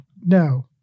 no